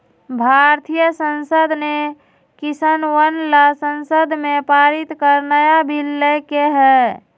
भारतीय संसद ने किसनवन ला संसद में पारित कर नया बिल लय के है